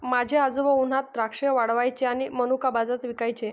माझे आजोबा उन्हात द्राक्षे वाळवायचे आणि मनुका बाजारात विकायचे